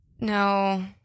No